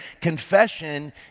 confession